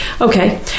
Okay